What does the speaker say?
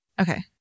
Okay